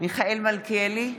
מיכאל מלכיאלי,